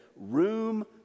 room